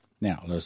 Now